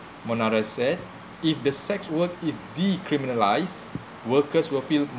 monaress said if the sex work is decriminalize workers will feel